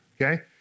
Okay